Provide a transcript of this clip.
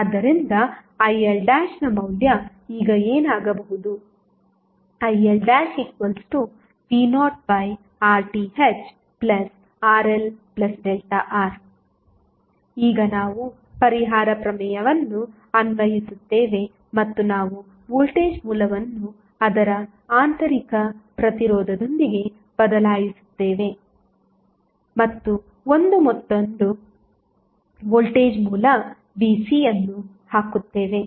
ಆದ್ದರಿಂದ ILನ ಮೌಲ್ಯ ಈಗ ಏನಾಗಬಹುದು ILV0RThRLR ಈಗ ನಾವು ಪರಿಹಾರ ಪ್ರಮೇಯವನ್ನು ಅನ್ವಯಿಸುತ್ತೇವೆ ಮತ್ತು ನಾವು ವೋಲ್ಟೇಜ್ ಮೂಲವನ್ನು ಅದರ ಆಂತರಿಕ ಪ್ರತಿರೋಧದೊಂದಿಗೆ ಬದಲಾಯಿಸುತ್ತೇವೆ ಮತ್ತು 1 ಮತ್ತೊಂದು ವೋಲ್ಟೇಜ್ ಮೂಲ Vc ಅನ್ನು ಹಾಕುತ್ತೇವೆ